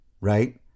right